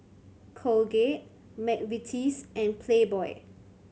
Colgate McVitie's and Playboy